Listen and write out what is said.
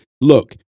look